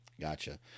Gotcha